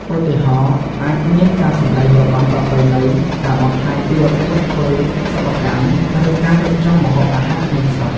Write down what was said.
ឧទាហរណ៍ អាចមានការសម្តែងរបាំប្រពៃណី ការបង្ហាញពីរបៀបធ្វើសិប្បកម្ម ឬការរៀបចំម្ហូបអាហារក្នុងស្រុក។